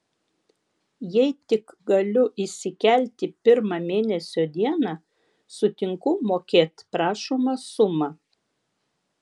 jei tik galiu įsikelti pirmą mėnesio dieną sutinku mokėt prašomą sumą